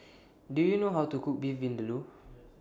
Do YOU know How to Cook Beef Vindaloo